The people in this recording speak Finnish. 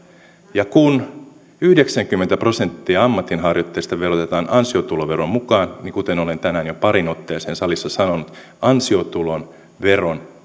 ja kun yhdeksänkymmentä prosenttia ammatinharjoittajista verotetaan ansiotuloveron mukaan niin kuten olen tänään jo pariin otteeseen salissa sanonut ansiotulon veron